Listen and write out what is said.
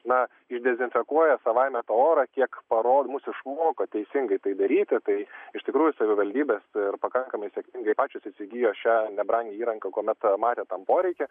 na išdezinfekuoja savaime tą orą kiek paro mus išmoko teisingai tai daryti tai iš tikrųjų savivaldybės ir pakankamai sėkmingai pačios įsigijo šią nebrangią įrangą kuomet tą matė tam poreikį